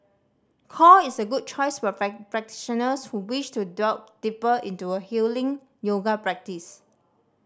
core is a good choice for practitioners who wish to delve deeper into a healing yoga practice